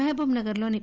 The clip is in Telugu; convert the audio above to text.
మహబూబ్ నగర్ లోని